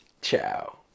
ciao